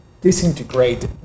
disintegrate